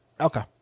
Okay